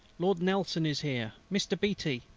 lord nelson is here mr. beatty,